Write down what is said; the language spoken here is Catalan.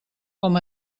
com